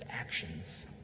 actions